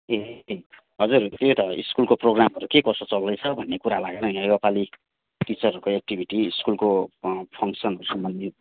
ए हजुर त्यही त स्कुलको प्रोग्रामहरू के कसो चल्दैछ भन्ने कुरा लागेर यहाँ योपालि टिचरहरूको एक्टिभिटी स्कुलको फङ्सनसम्बन्धी